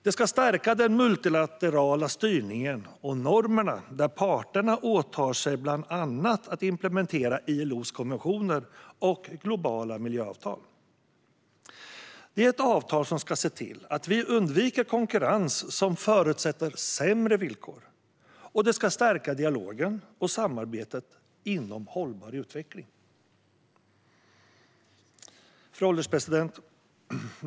Det ska stärka den multilaterala styrningen och normerna, och parterna åtar sig bland annat att implementera ILO:s konventioner och globala miljöavtal. Det är ett avtal som ska se till att vi undviker konkurrens som förutsätter sämre villkor, och det ska stärka dialogen och samarbetet inom hållbar utveckling. Fru ålderspresident!